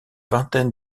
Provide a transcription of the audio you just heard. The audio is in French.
vingtaine